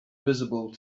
visible